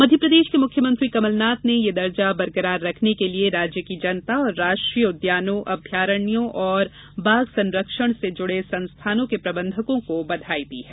मध्यप्रदेश के मुख्यमंत्री कमलनाथ ने यह दर्जा बरकरार रखने के लिए राज्य की जनता और राष्ट्रीय उद्यानों अभ्यारण्यों तथा बाघ संरक्षण से जुड़े संस्थानों के प्रबंधकों को बधाई दी है